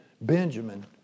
Benjamin